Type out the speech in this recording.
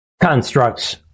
constructs